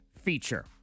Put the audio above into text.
feature